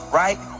right